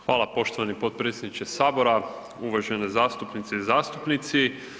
Hvala poštovani potpredsjedniče Sabora, uvažene zastupnice i zastupnici.